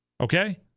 Okay